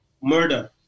Murder